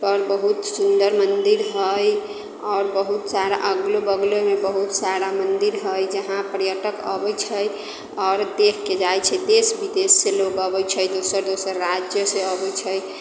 पर बहुत सुन्दर मन्दिर हइ आओर बहुत सारा अगलो बगलोमे बहुत सारा मन्दिर हइ जहाँ पर्यटक अबैत छै आओर देखिके जाइत छै देश विदेश से लोग अबैत छै दोसर दोसर राज्य से अबैत छै